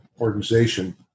organization